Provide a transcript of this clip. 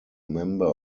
member